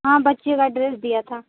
हाँ बच्चे का ड्रेस दिया था